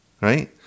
right